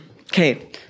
Okay